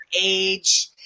age